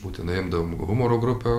būtinai imdavom humoro grupę